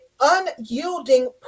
unyielding